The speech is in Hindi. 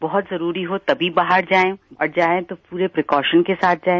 बहुत जरूरी हो तभी बाहर जाएं और जाएं तो पूरे प्रिकॉशन के साथ जाएं